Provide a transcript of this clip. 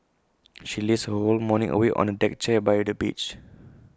she lazed her whole morning away on A deck chair by the beach